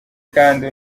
kandi